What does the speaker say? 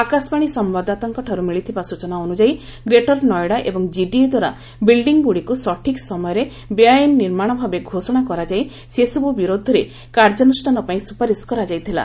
ଆକାଶବାଣୀ ସମ୍ଭାଦଦାତାଙ୍କଠାରୁ ମିଳିଥିବା ସୂଚନା ଅନୁଯାୟୀ ଗ୍ରେଟର୍ ନଏଡ଼ା ଏବଂ ଜିଡିଏଦ୍ୱାରା ବିଲ୍ଡିଂଗୁଡ଼ିକ ସଠିକ୍ ସମୟରେ ବେଆଇନ ନିର୍ମାଣ ଭାବେ ଘୋଷଣା କରାଯାଇ ସେସବୁ ବିରୋଧରେ କାର୍ଯ୍ୟାନୁଷ୍ଠାନ ପାଇଁ ସୁପାରିସ କରାଯାଇଥିଲା